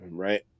right